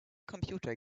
computer